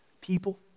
people